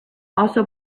also